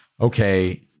okay